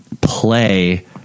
play